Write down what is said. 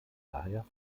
daher